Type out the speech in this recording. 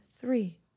three